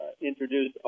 introduce